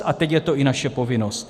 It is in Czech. A teď je to i naše povinnost.